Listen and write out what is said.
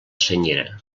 senyera